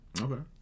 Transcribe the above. okay